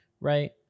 right